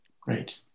Great